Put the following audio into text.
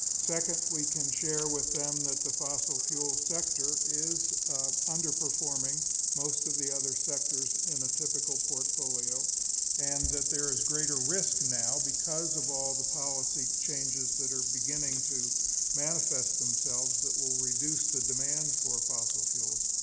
second, we can share with them that the fossil fuel sector is underperforming most of the other sectors in a typical portfolio and that there is greater risk now because of all the policy changes that are beginning to manifest themselves that will reduce the demand for fossil fuels.